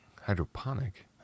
Hydroponic